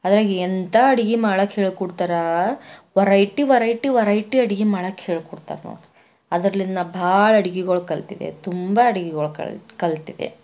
ಅದ್ರಗೆಂತ ಅಡುಗೆ ಮಾಡೋಕ್ಕೆ ಹೇಳ್ಕೋಡ್ತಾರೆ ಒರಯ್ಟಿ ಒರಯ್ಟಿ ಒರಯ್ಟಿ ಅಡುಗೆ ಮಾಡೋಕ್ಕೆ ಹೇಳ್ಕೊಡ್ತಾರೆ ನೋಡ್ರಿ ಅದರ್ಲಿಂದ ನಾ ಭಾಳ ಅಡುಗೆಗಳು ಕಲ್ತಿದ್ದೆ ತುಂಬ ಅಡುಗೆಗಳು ಕಲ್ ಕಲ್ತಿದ್ದೆ